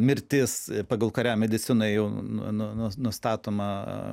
mirtis pagal kurią medicina jau nu nu nu nustatoma